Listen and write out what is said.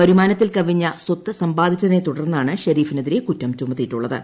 വരുമാനത്തിൽ കവിഞ്ഞ സ്വത്ത് സമ്പാദിച്ചതിനെ തുടർന്നാണ് ഷെരീഫിനെതിരെ കുറ്റം ചുമത്തിയിട്ടുള്ളത്